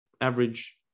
average